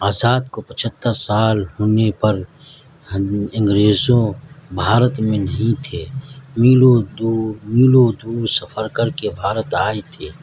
آزاد کو پچھہتر سال ہونے پر انگریزوں بھارت میں نہیں تھے میلوں دور میلوں دور سفر کر کے بھارت آئے تھے